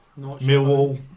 Millwall